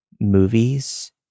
movies